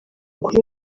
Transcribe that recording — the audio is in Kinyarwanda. kuri